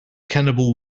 cannibal